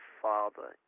father